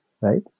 right